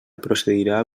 procedirà